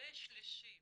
צדדים שלישיים